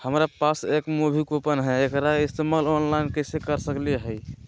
हमरा पास एक मूवी कूपन हई, एकरा इस्तेमाल ऑनलाइन कैसे कर सकली हई?